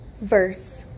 verse